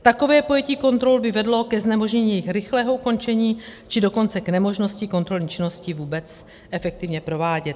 Takové pojetí kontrol by vedlo ke znemožnění rychlého ukončení, či dokonce k nemožnosti kontrolní činnosti vůbec efektivně provádět.